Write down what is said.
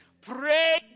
Pray